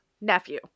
nephew